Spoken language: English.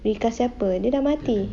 recast siapa dia dah mati